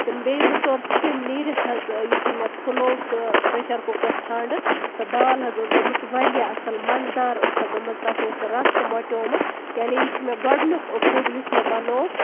تِم بیٚیہِ زٕ ژور سِٹیٖمہٕ نیٖرِتھ حظ یِتھُے مےٚ کھلو سُہ پریشَر کُکرَس ٹھانڈٕ سۄ دال حظ ٲسۍ گٔمٕژٕ واریاہ اَصٕل مَزٕ دار ٲسۍ سۄ گٔمٕژ تَتھ اوس سُہ رَس تہِ موٚٹیومُت یعنی یہِ چھُ مےٚ گۄڈٕنیُک فوٚڈ یُس مےٚ بَنوو